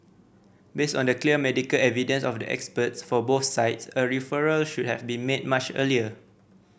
based on the clear medical evidence of the experts for both sides a referral should have been made much earlier